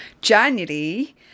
January